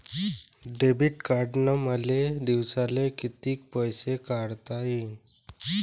Debit कार्डनं मले दिवसाले कितीक पैसे काढता येईन?